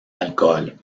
alcool